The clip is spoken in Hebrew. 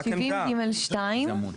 סעיף 70(ג)(2),